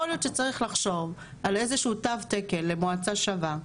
יכול להיות שצריך לחשוב על איזשהו תו תקן למועצה שווה,